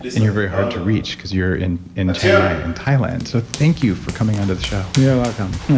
and you're very hard to reach because you're in in chiang mai in thailand. so, thank you for coming onto the show you're welcome